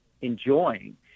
enjoying